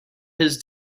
his